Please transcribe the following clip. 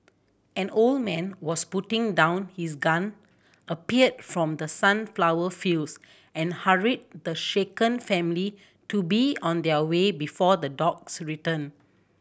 an old man was putting down his gun appeared from the sunflower fields and hurried the shaken family to be on their way before the dogs return